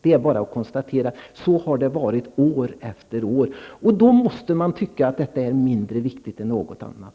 Det är bara att konstatera att det har varit så år efter år. Då måste man tycka att det är mindre viktigt än något annat.